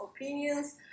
opinions